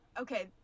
okay